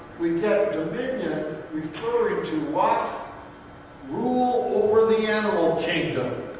we get dominion referring to what rule over the animal kingdom.